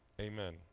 Amen